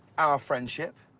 our friend slip.